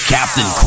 Captain